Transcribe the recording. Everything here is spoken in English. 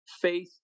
faith